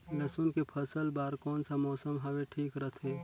लसुन के फसल बार कोन सा मौसम हवे ठीक रथे?